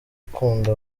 ukunda